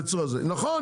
נכון,